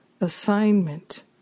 assignment